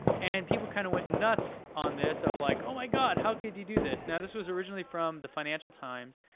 and people kind of went nuts on this, like, oh my god, how could you do this. now this was originally from the financial times,